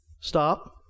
Stop